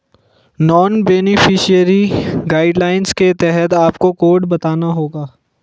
non beneficiary guidelines के तहत आपको कोड बताना होगा